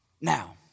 Now